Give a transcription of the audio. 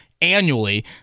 annually